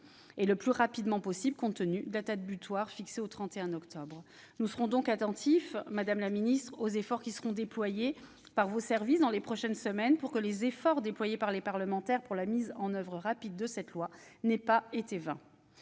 et le plus rapidement possible compte tenu de la date butoir fixée au 31 octobre. Nous serons donc attentifs, madame la ministre, au travail déployé par vos services dans les prochaines semaines pour que les efforts mis en oeuvre par les parlementaires pour une application rapide de cette loi n'aient pas été vains.